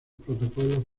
protocolos